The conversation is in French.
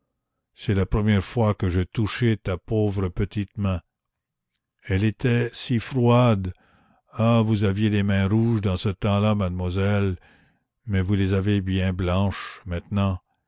c'est la première fois que j'ai touché ta pauvre petite main elle était si froide ah vous aviez les mains rouges dans ce temps-là mademoiselle vous les avez bien blanches maintenant